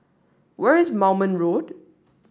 where is Moulmein Road